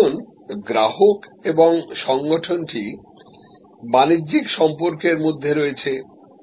এখন গ্রাহক এবং সংগঠনটি বাণিজ্যিক সম্পর্কের মধ্যে রয়েছে